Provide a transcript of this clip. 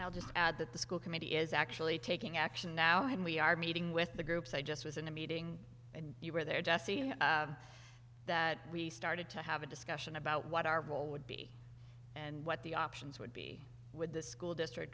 i'll just add that the school committee is actually taking action now and we are meeting with the groups i just was in a meeting and you were there just saying that we started to have a discussion about what our role would be and what the options would be with the school district